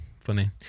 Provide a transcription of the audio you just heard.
Funny